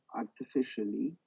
artificially